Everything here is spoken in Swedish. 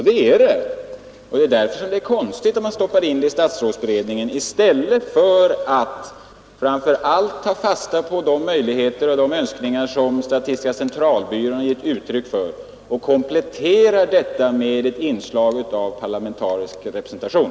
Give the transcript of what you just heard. Det är det; och därför är det konstigt att man stoppar in dessa frågor i statsrådsberedningen i stället för att framför allt ta fasta på de möjligheter och önskningar som statistiska centralbyrån gett uttryck för och komplettera arbetet med ett inslag av parlamentarisk representation.